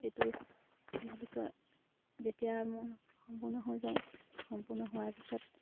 এইটো কি বুলি কয় যেতিয়া মোৰ সম্পূৰ্ণ হৈ যায় সম্পূৰ্ণ হোৱাৰ পিছত